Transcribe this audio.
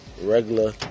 regular